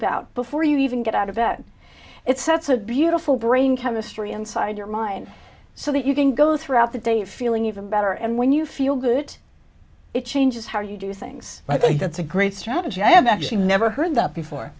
about before you even get out of that it sets a beautiful brain chemistry inside your mind so that you can go throughout the day feeling even better and when you feel good it changes how you do things i think that's a great strategy i have actually never heard that before